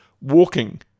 walking